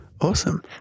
Awesome